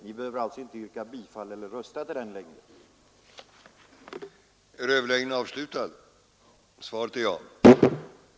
Ni behöver alltså inte längre yrka bifall till eller rösta på den reservationen.